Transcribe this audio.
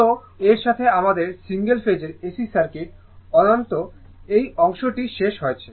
সুতরাং এর সাথে আমাদের সিঙ্গল ফেজের AC সার্কিট অন্তত এই অংশটি শেষ হয়েছে